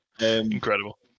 incredible